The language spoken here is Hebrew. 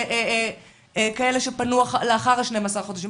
כאלה שפנו לאחר 12 חודשים.